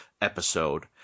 episode